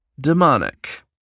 Demonic